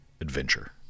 adventure